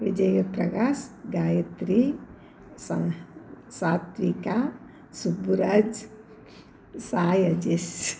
விஜயப்பிரகாஷ் காயத்ரி ச சாத்விக்கா சுப்புராஜ் சாய் அஜேஷ்